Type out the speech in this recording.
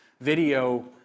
video